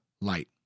light